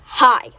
Hi